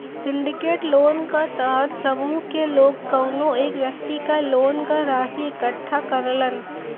syndicate loan क तहत समूह क लोग कउनो एक व्यक्ति क लोन क राशि इकट्ठा करलन